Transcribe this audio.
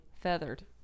Feathered